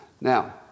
Now